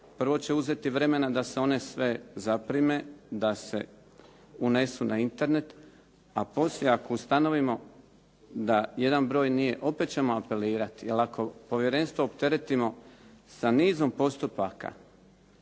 Prvo će uzeti vremena da se one sve zaprime, da se unesu na internet, a poslije ako ustanovimo da jedan broj nije, opet ćemo apelirati jer ako povjerenstvo opteretimo sa nizom postupaka,